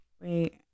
Wait